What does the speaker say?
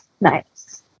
nice